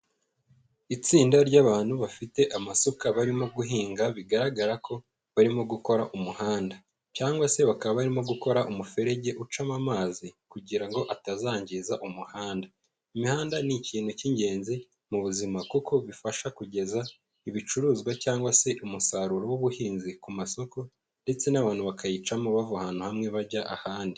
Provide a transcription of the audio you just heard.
Itsinda ry'abantu bafite amasuka barimo guhinga bigaragara ko barimo gukora umuhanda, cyangwa se bakaba barimo gukora umuferege ucamo amazi kugira ngo atazangiza umuhanda. Imihanda ni ikintu cy'ingenzi mu buzima kuko bifasha kugeza ibicuruzwa cyangwa se umusaruro w'ubuhinzi ku masoko, ndetse n'abantu bakayicamo bava ahantu hamwe bajya ahandi.